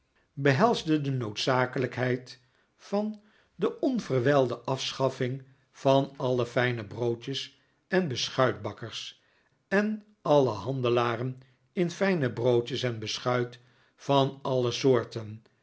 behelzende de noodzakelijkheid van de onverwijlde afschaffing van alle fijne broodjes en beschuitbakkers en alle handelaren in fijne broodjes en beschuit van alle soorten